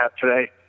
today